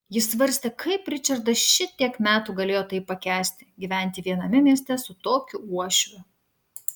jis svarstė kaip ričardas šitiek metų galėjo tai pakęsti gyventi viename mieste su tokiu uošviu